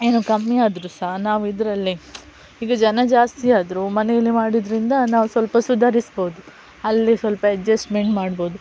ಏನು ಕಮ್ಮಿ ಆದರು ಸಹ ನಾವಿದರಲ್ಲೇ ಈಗ ಜನ ಜಾಸ್ತಿ ಆದರೂ ಮನೆಯಲ್ಲಿ ಮಾಡಿದ್ರಿಂದ ನಾವು ಸ್ವಲ್ಪ ಸುಧಾರಿಸ್ಬೋದು ಅಲ್ಲಿ ಸ್ವಲ್ಪ ಎಡ್ಜಸ್ಟ್ಮೆಂಟ್ ಮಾಡ್ಬೋದು